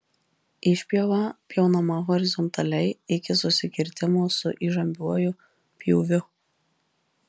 išpjova pjaunama horizontaliai iki susikirtimo su įžambiuoju pjūviu